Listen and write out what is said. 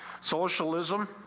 Socialism